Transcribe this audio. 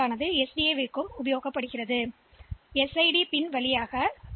எனவே இது 8085 செயலியின் SID பின் இருந்து வருகிறது மேலும் இந்த பிட் SID பின்மதிப்பைக் கொண்டிருக்கும்